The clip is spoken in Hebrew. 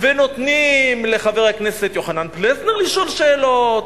ונותנים לחבר הכנסת יוחנן פלסנר לשאול שאלות,